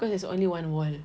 because there's only one wall